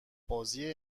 بازی